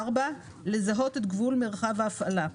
לזהות את גבול מרחב ההפעלה.